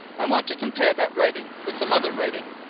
i want to compare that writing with some other writing.